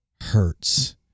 hurts